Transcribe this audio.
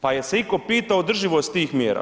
Pa jel se iko pita o održivost tih mjera?